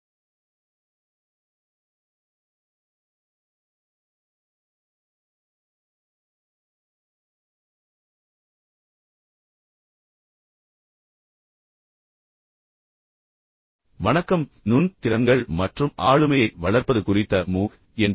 அனைவருக்கும் வணக்கம் நுண் திறன்கள் மற்றும் ஆளுமையை வளர்ப்பது குறித்த மூக் என்